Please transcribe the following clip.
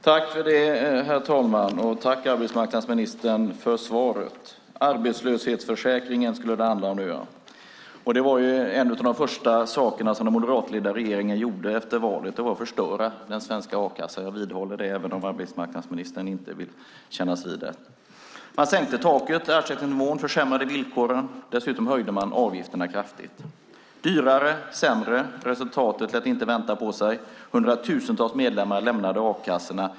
Herr talman! Tack, arbetsmarknadsministern, för svaret! Arbetslöshetsförsäkringen skulle det handla om nu. En av de första sakerna som den moderatledda regeringen gjorde efter valet var att förstöra den svenska a-kassan. Jag vidhåller det, även om arbetsmarknadsministern inte vill kännas vid det. Man sänkte taket för ersättningsnivån och försämrade villkoren. Dessutom höjde man avgifterna kraftigt. Dyrare och sämre - resultatet lät inte vänta på sig. Hundratusentals medlemmar lämnade a-kassorna.